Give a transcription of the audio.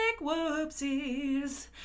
whoopsies